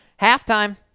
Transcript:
Halftime